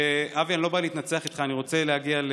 אבי, אני לא בא להתנצח איתך, אני רוצה להגיע,